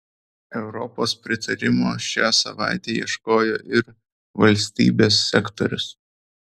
europos pritarimo šią savaitę ieškojo ir valstybės sekretorius